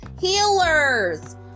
Healers